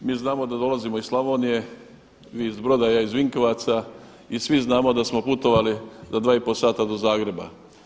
Mi znamo da dolazimo iz Slavonije, vi iz Broda, ja iz Vinkovaca i svi znamo da smo putovali do 2 i pol sata do Zagreba.